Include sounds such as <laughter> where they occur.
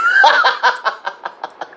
<laughs>